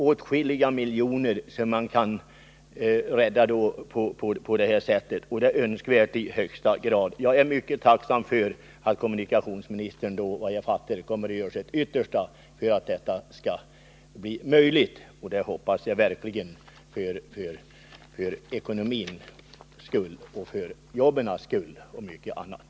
Åtskilliga miljoner kan på det sättet kanske räddas. Jag är mycket tacksam för att kommunikationsministern, som jag uppfattar det, kommer att göra sitt yttersta för att detta skall bli möjligt. Jag hoppas verkligen det med tanke på ekonomin och jobben och mycket annat.